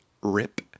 rip